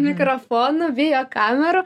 mikrofonų bijo kamerų